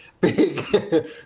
big